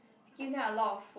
give them a lot of food